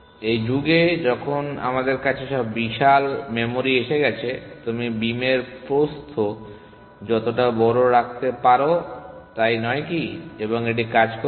এই যুগে যখন আমাদের কাছে সব বিশাল মেমরি এসে গেছে তুমি বিমের প্রস্থ যতটা বড় রাখতে পারো তাই নয় কি এবং এটি কাজ করবে